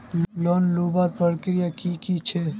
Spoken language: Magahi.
लोन लुबार प्रक्रिया की की छे?